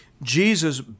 Jesus